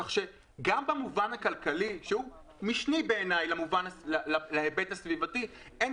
כך שגם במובן הכלכלי שהוא משני בעיניי להיבט הסביבתי אין